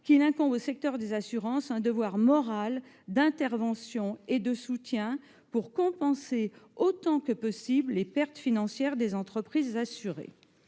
-qu'il incombe au secteur des assurances un devoir moral d'intervention et de soutien pour compenser, autant que possible, les pertes financières des entreprises assurées.